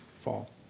fall